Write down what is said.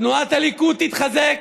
תנועת הליכוד תתחזק.